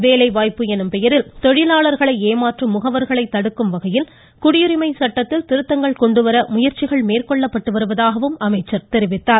வேலைவாய்ப்பு எனும் பெயரில் தொழிலாளர்களை ஏமாற்றும் முகவர்களை தடுக்கும் வகையில் குடியுரிமை சட்டத்தில் திருத்தங்கள் கொண்டு வர முயற்சிகள் மேற்கொள்ளப்பட்டு வருவதாகவும் அமைச்சர் தெரிவித்தார்